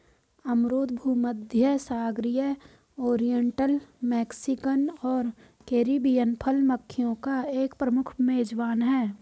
अमरूद भूमध्यसागरीय, oriental, Mexican और कैरिबियन फल मक्खियों का एक प्रमुख मेजबान है